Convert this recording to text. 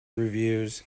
reviews